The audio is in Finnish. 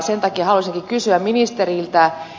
sen takia haluaisinkin kysyä ministeriltä